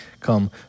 come